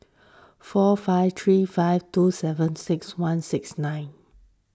four five three five two seven six one six nine